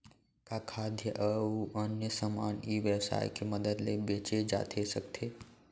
का खाद्य अऊ अन्य समान ई व्यवसाय के मदद ले बेचे जाथे सकथे?